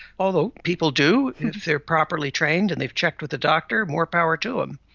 although people do if they're properly trained and they've checked with a doctor, more power to them.